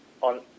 on